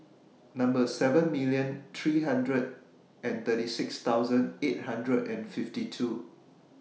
seven million three hundred and thirty six thousand eight hundred and fifty two